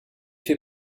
fait